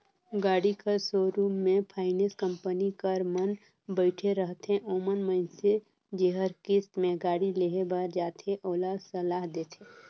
गाड़ी कर सोरुम में फाइनेंस कंपनी कर मन बइठे रहथें ओमन मइनसे जेहर किस्त में गाड़ी लेहे बर जाथे ओला सलाह देथे